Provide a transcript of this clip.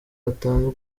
hatanzwe